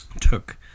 took